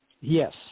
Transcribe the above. Yes